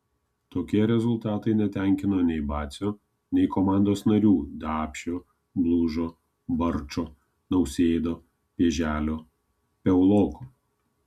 tokie rezultatai netenkino nei bacio nei komandos narių dapšio blužo barčo nausėdo pėželio piauloko